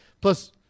Plus